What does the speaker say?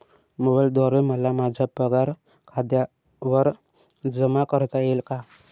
मोबाईलद्वारे मला माझा पगार खात्यावर जमा करता येईल का?